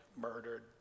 murdered